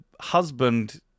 husband